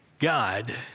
God